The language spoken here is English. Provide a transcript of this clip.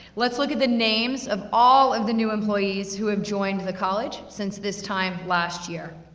let's look at the names of all of the new employees who have joined the college since this time, last year.